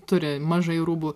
turi mažai rūbų